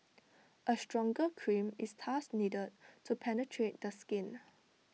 A stronger cream is thus needed to penetrate the skin